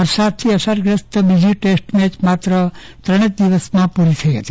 વરસાદથી અસરગ્રસ્ત બીજી ટેસ્ટ મેચ માત્ર ત્રણ જ દિવસમાં પુરી થઈ હતી